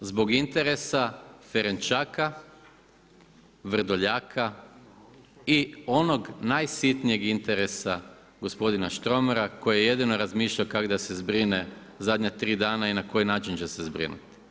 Zbog interesa Ferenčaka, Vrdoljaka i onog najsitnijeg interesa gospodina Štromara koji jedino razmišljao kako da se zbrine zadnja 3 dana i na koji način će se zbrinuti.